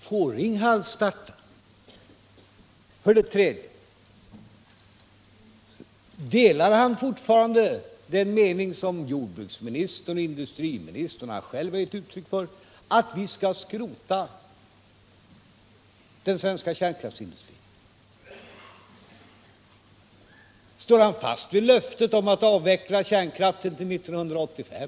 Får Ringhals starta? Delar herr Fälldin fortfarande den mening som jordbruksministern, industriministern och han själv gett uttryck för — att vi skall skrota den svenska kärnkraftsindustrin? Står han fast vid löftet att avveckla kärnkraften till 1985?